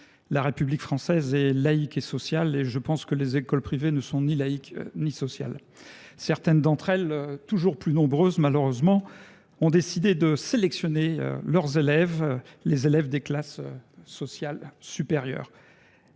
La République française est laïque et sociale et je pense que les écoles privées ne sont ni laïques ni sociales. C’est un peu court ! Certaines d’entre elles, toujours plus nombreuses malheureusement, ont décidé de sélectionner leurs élèves, en retenant des enfants issus des classes sociales supérieures.